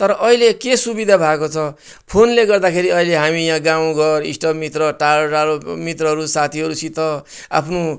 तर अहिले के सुविधा भएको छ फोनले गर्दाखेरि अहिले हामी यहाँ गाउँघर इष्टमित्र टाढो टाढो मित्रहरू साथीहरूसित आफ्नो